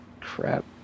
Crap